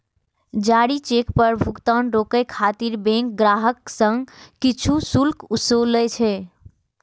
जारी चेक पर भुगतान रोकै खातिर बैंक ग्राहक सं किछु शुल्क ओसूलै छै